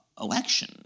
election